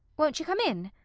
won't you come in?